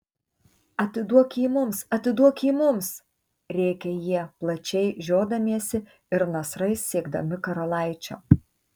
atiduok jį mums atiduok jį mums rėkė jie plačiai žiodamiesi ir nasrais siekdami karalaičio